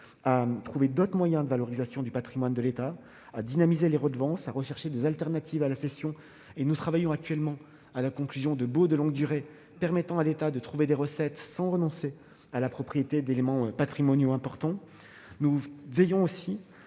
à trouver d'autres moyens de valorisation du patrimoine de l'État, notamment en dynamisant les redevances domaniales et en cherchant des alternatives à la cession. Nous travaillons actuellement à la conclusion de baux de longue durée, qui permettront à l'État de trouver des recettes sans renoncer à la propriété d'éléments patrimoniaux importants. Nous veillons aussi,